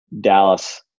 Dallas